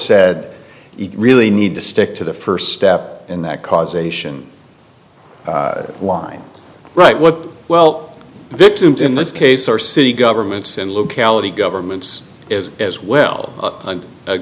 said it really need to stick to the first step in that causation line right what well the victims in this case are city governments and locality governments is as well and a